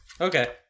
Okay